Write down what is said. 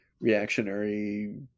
reactionary